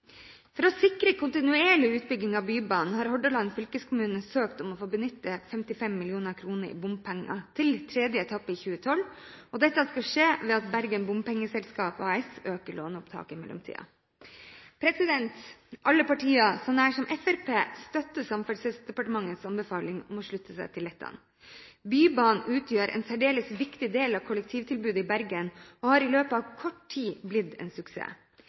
For å sikre kontinuerlig utbygging av Bybanen har Hordaland fylkeskommune søkt om å få benytte 55 mill. kr i bompenger til tredje etappe i 2012, og dette skal skje ved at Bergen Bompengeselskap AS øker låneopptaket i mellomtiden. Alle partiene, så nær som Fremskrittspartiet, støtter Samferdselsdepartementets anbefaling om å slutte seg til dette. Bybanen utgjør en særdeles viktig del av kollektivtilbudet i Bergen, og har i løpet av kort tid blitt en suksess.